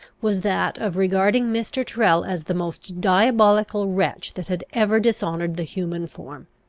was that of regarding mr. tyrrel as the most diabolical wretch that had ever dishonoured the human form.